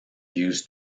used